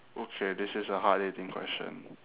okay this is a hard hitting question